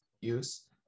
use